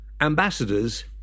ambassadors